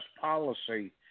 policy